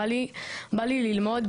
בא לי ללמוד,